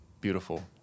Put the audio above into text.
beautiful